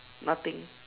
nothing